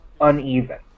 uneven